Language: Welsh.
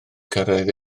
cyrraedd